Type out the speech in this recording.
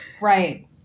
Right